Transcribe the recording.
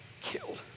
killed